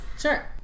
Sure